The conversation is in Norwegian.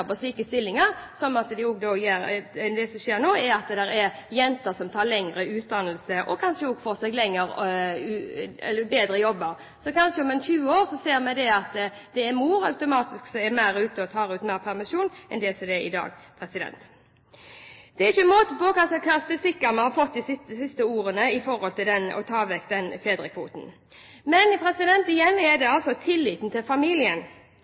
på slike studier. Det som skjer nå, er at jenter tar lengre utdannelse og kanskje får bedre jobber. Så om 20 år ser vi at det kanskje er mor som automatisk er mer ute og tar ut mindre permisjon enn slik det er i dag. Det er ikke måte på hva slags karakteristikker vi har fått i det siste for å ville ta vekk fedrekvoten. Men igjen gjelder det altså tilliten til familien.